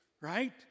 Right